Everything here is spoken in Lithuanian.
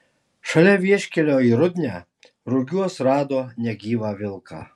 šalia vieškelio į rudnią rugiuos rado negyvą vilką